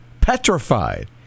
Petrified